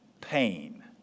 pain